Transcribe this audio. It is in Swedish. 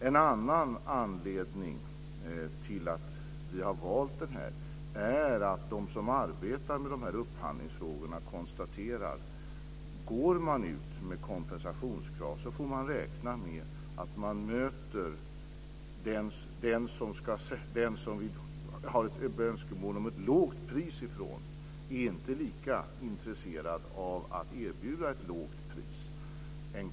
En annan anledning till att vi har valt den här nivån är att de som arbetar med de här upphandlingsfrågorna konstaterar att man, om man går ut med kompensationskrav, får räkna med att den som man har ett önskemål om att få ett lågt pris ifrån inte är lika intresserad av att erbjuda ett lågt pris.